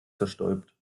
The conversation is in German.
zerstäubt